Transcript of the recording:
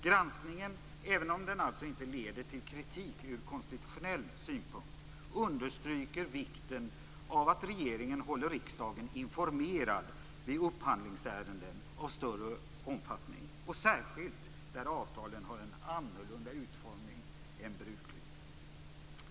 Granskningen, även om den alltså inte leder till kritik från konstitutionell synpunkt, understryker vikten av att regeringen håller riksdagen informerad vid upphandlingsärenden av större omfattning, särskilt där avtalen har en annorlunda utformning än brukligt.